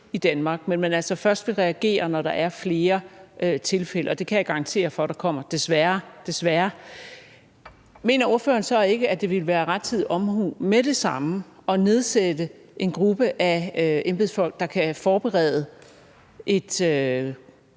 i Danmark, men altså først vil reagere, når der er flere tilfælde – og det kan jeg desværre garantere for at der kommer – så vil jeg spørge, om ordføreren ikke mener, at det ville være rettidig omhu med det samme at nedsætte en gruppe af embedsfolk, der kan forberede et